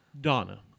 Donna